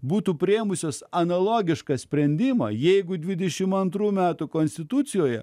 būtų priėmusios analogišką sprendimą jeigu dvidešimt antrų metų konstitucijoje